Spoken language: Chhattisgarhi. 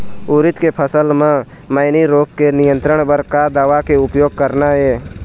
उरीद के फसल म मैनी रोग के नियंत्रण बर का दवा के उपयोग करना ये?